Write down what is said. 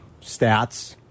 stats